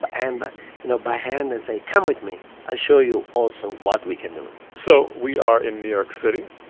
but and you know, by hand and say, come with me. i'll show you also what we can do so we are in new york city,